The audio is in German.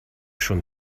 schon